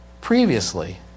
previously